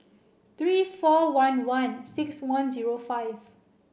three four one one six one zero five